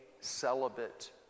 celibate